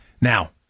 Now